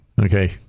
Okay